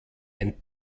ein